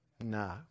No